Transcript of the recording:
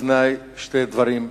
שהממשלה תאזין ולא תאטום את האוזניים.